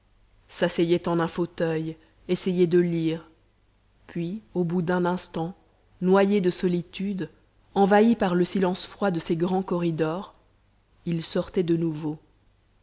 s'asseyait en un fauteuil essayait de lire puis au bout d'un instant noyé de solitude envahi par le silence froid de ces grands corridors il sortait de nouveau